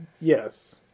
Yes